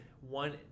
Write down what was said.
one